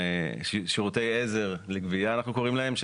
בשירותי עזר לגבייה אנחנו קוראים להם,